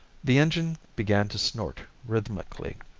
the engine began to snort rhythmically.